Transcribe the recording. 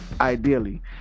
ideally